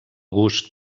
gust